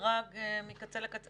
לבוא חשבון עם מי שהביאנו עד הלום,